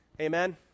Amen